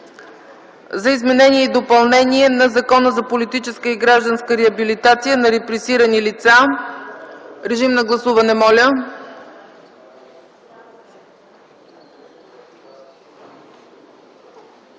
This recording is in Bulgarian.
за изменение и допълнение на Закона за политическа и гражданска реабилитация на репресирани лица. Гласували